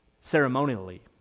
ceremonially